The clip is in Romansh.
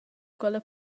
quella